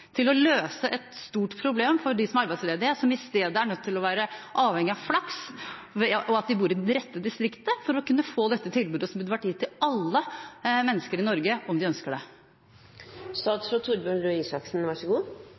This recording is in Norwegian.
til å løse et stort problem for dem som er arbeidsledige, og som i stedet er nødt til å være avhengige av flaks og av at de bor i det rette distriktet for å kunne få dette tilbudet, som burde vært gitt til alle mennesker i Norge, om de